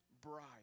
bride